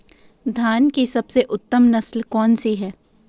धान की सबसे उत्तम नस्ल कौन सी है?